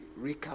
recap